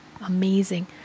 amazing